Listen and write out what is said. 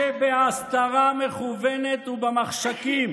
שבהסתרה מכוונות ובמחשכים